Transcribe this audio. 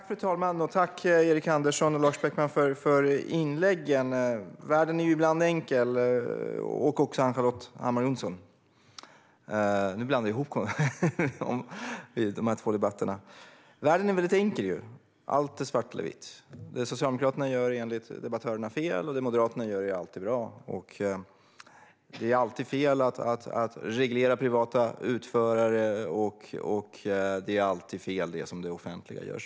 Fru talman! Tack, Erik Andersson och Lars Beckman, för inläggen! Världen är enkel. Allt är svart eller vitt. Det Socialdemokraterna gör är fel, enligt debattörerna, och det Moderaterna gör är alltid bra. Det är alltid fel att reglera privata utförare. Det är alltid fel, det som det offentliga gör.